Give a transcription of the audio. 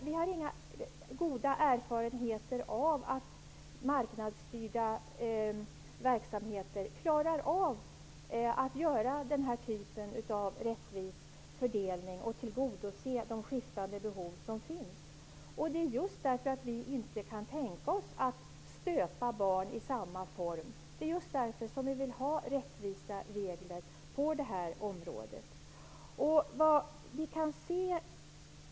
Vi har inga goda erfarenheter av att marknadsstyrda verksamheter skulle klara av att göra den här typen av rättvis fördelning och tillgodose de skiftande behoven. Vi vill ha rättvisa regler på det här området just därför att vi inte kan tänka oss att stöpa barn i samma form.